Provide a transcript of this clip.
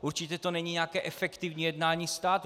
Určitě to není nějaké efektivní jednání státu.